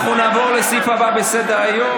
אנחנו נעבור לסעיף הבא בסדר-היום,